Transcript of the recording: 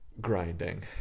grinding